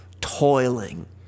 toiling